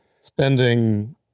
spending